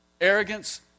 Arrogance